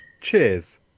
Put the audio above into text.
Cheers